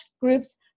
groups